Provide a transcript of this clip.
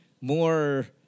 more